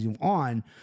on